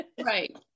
right